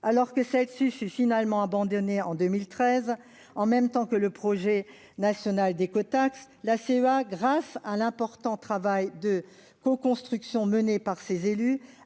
Alors que cette taxe fut finalement abandonnée en 2013, en même temps que le projet national d'écotaxe, la CEA, grâce à l'important travail de coconstruction mené par ses élus